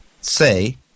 say